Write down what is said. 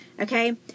Okay